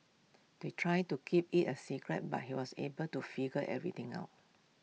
they tried to keep IT A secret but he was able to figure everything out